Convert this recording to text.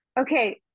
Okay